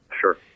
Sure